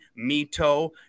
Mito